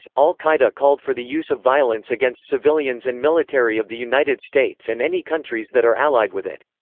ah al-qaeda called for the use of violence against against civilians and military of the united states and any countries that are allied with it.